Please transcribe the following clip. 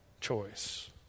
choice